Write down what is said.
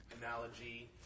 analogy